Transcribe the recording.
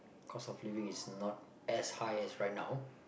cost of living is not as high as right now